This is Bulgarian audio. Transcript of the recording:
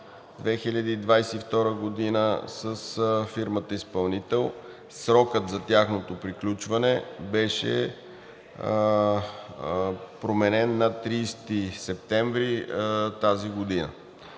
2022 г. с фирмата изпълнител. Срокът за тяхното приключване беше променен на 30 септември тази година.